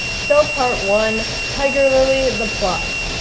so part one tiger lily, the plot.